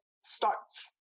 starts